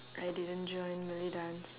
I didn't join malay dance